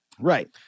Right